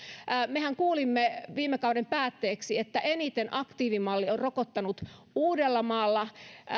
mehän kuulimme viime kauden päätteeksi että eniten aktiivimalli on rokottanut uudellamaalla